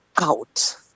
out